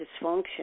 dysfunction